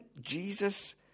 Jesus